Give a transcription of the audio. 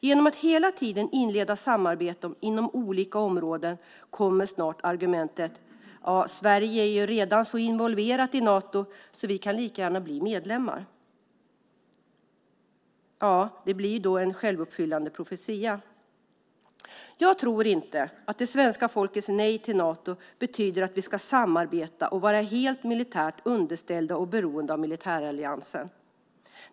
Genom att man hela tiden inleder samarbeten inom olika områden kommer snart argumentet att Sverige redan är så involverat i Nato att vi lika gärna kan bli medlemmar att bli en självuppfyllande profetia. Jag tror inte att det svenska folkets nej till Nato betyder att vi ska samarbeta och vara helt militärt underställda och beroende av militäralliansen.